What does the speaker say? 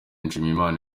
nshimiyimana